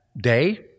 day